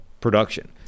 production